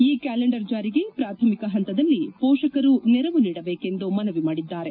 ಈ ಕ್ಯಾಲೆಂಡರ್ ಜಾರಿಗೆ ಪ್ರಾಥಮಿಕ ಹಂತದಲ್ಲಿ ಪೋಷಕರು ನೆರವು ನೀಡಬೇಕೆಂದು ಹೇಳಿದರು